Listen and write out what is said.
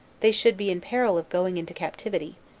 they should be in peril of going into captivity,